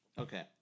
Okay